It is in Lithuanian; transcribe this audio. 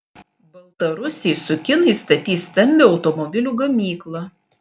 baltarusiai su kinais statys stambią automobilių gamyklą